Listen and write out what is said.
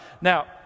Now